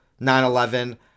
9-11